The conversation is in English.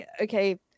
okay